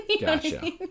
Gotcha